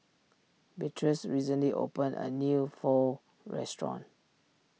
Beatriz recently opened a new Pho restaurant